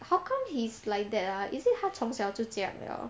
how come he's like that ah is it 他从小就这样了